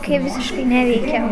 kai visiškai neveikia